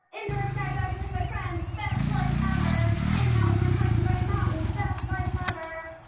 indoor skydiving with my friends, best life ever! hanging out with my husband by a mountain, best life ever!